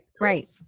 Right